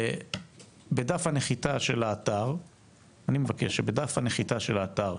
אני מבקש שבדף הנחיתה של האתר,